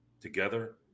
together